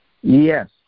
Yes